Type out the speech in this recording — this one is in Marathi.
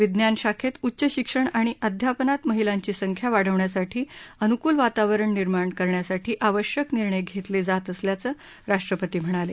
विज्ञान शाखेत उच्च शिक्षण आणि अध्यापनात महिलांची संख्या वाढवण्यासाठी अनुकूल वातावरण निर्माण करण्यासाठी आवश्यक निर्णय घेतले जात असल्याचं राष्ट्रपती म्हणाले